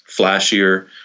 Flashier